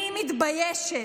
אני מתביישת